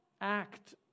act